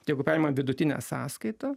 tai jeigu paimam vidutinę sąskaitę